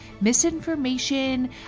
Misinformation